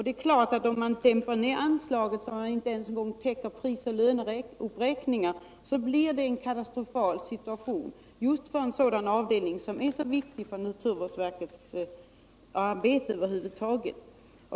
Det är klart att om man dämpar ner anslaget så att man inte ens täcker prisoch löneuppräkningar blir det en katastrofal situation för en sådan avdelning som är så viktig för naturvårdsverkets arbete över huvud taget.